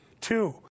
Two